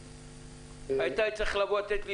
היית צריך לתת נתונים,